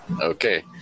Okay